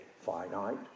finite